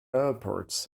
airports